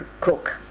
Cook